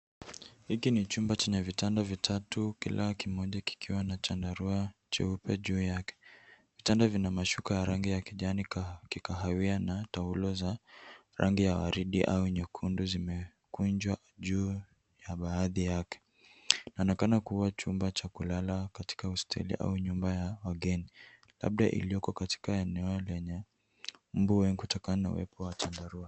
Hiki ni chumba chenye vitanda vitatu kila kimoja kikiwa na chandarua cheupe juu yake. Vitanda vina mashuka ya rangi ya kijani kikahawia na tualo za rangi ya waridi au nyekundu zimekunjwa juu ya baadhi yake. Inaonekana kuwa chumba cha kulala katika hosteli au nyumba ya wageni, labda iliyoko katika eneo lenye mmbu wengi kutokana na uwepo wa chandarua.